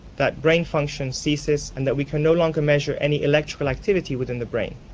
that brain function ceases and that we can no longer measure any electrical activity within the brain.